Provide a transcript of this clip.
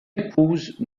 épouse